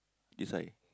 this side